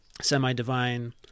semi-divine